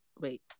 Wait